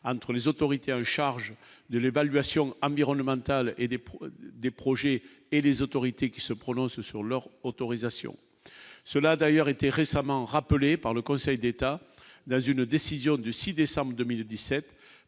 entre les autorités en charge de l'évaluation environnementale et des des projets et des autorités qui se prononce sur leur autorisation, cela a d'ailleurs été récemment rappelé par le Conseil d'État, dans une décision du 6 décembre 2017,